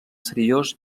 seriós